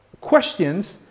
questions